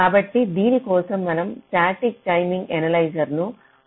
కాబట్టి దీని కోసం మనం స్టాటిక్ టైమింగ్ ఎనలైజర్ను ఒక సాధనంగా ఉపయోగించాలి